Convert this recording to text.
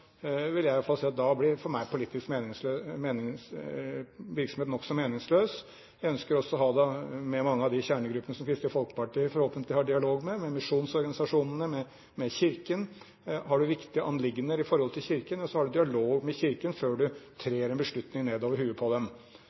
vil jeg i alle fall si at for meg blir politisk virksomhet da nokså meningsløs. Jeg ønsker også å ha det med mange av de kjernegruppene som Kristelig Folkeparti forhåpentligvis har dialog med, med misjonsorganisasjonene, med Kirken. Har man viktige anliggender i forhold til Kirken, har man dialog med Kirken før man trer en beslutning ned over hodet på dem.